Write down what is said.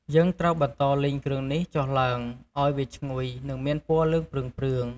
យើងត្រូវបន្ដលីងគ្រឿងនេះចុះឡ់ើង ឱ្យវាឈ្ងុយ និងមានពណ៌លឿងព្រឿងៗ។